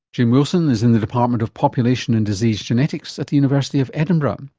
jim wilson is in the department of population and disease genetics at the university of edinburgh. um